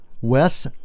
Wes